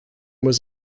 was